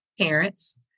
parents